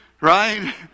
right